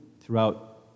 throughout